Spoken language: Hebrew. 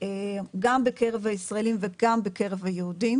גם בקרב הישראלים וגם בקרב היהודים.